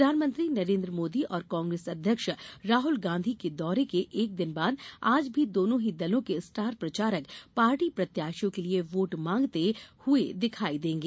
प्रधानमंत्री नरेन्द्र मोदी और कांग्रेस अध्यक्ष राहुल गांधी के दौरे के एक दिन बाद आज भी दोनों ही दलों के स्टार प्रचारक पार्टी प्रत्याशियों के लिए वोट मांगते हुए दिखाई देंगे